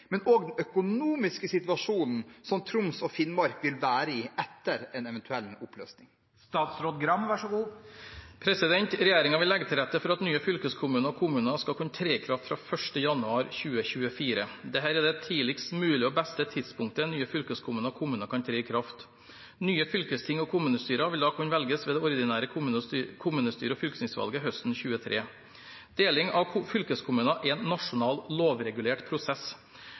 men også den økonomiske situasjonen som Troms og Finnmark vil være i etter oppløsning?» Regjeringen vil legge til rette for at nye fylkeskommuner og kommuner skal kunne tre i kraft fra 1. januar 2024. Dette er det tidligst mulige og beste tidspunktet nye fylkeskommuner og kommuner kan tre i kraft. Nye fylkesting og kommunestyrer vil da kunne velges ved det ordinære kommunestyre- og fylkestingsvalget høsten 2023. Deling av fylkeskommuner er en nasjonal, lovregulert prosess.